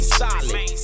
solid